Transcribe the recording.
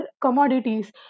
commodities